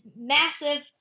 massive